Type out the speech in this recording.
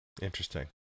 Interesting